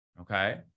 okay